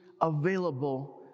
available